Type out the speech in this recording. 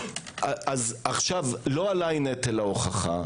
לא עליי נטל ההוכחה.